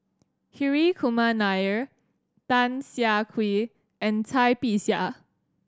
Hri Kumar Nair Tan Siah Kwee and Cai Bixia